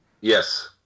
Yes